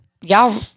y'all